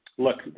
Look